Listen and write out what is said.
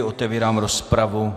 Otevírám rozpravu.